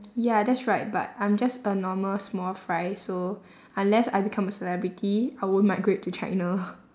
ya that's right but I'm just a normal small fry so unless I become a celebrity I won't migrate to china